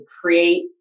create